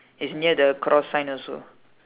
is near the cross sign also